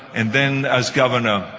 and then as governor.